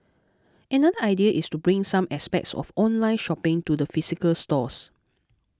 another idea is to bring some aspects of online shopping to the physical stores